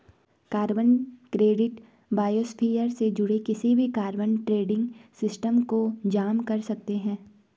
carbon credit biosphere से जुड़े किसी भी कार्बन ट्रेडिंग सिस्टम को जाम कर सकते हैं